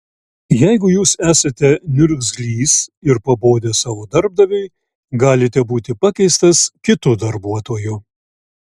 jeigu jūs esate niurgzlys ir pabodęs savo darbdaviui galite būti pakeistas kitu darbuotoju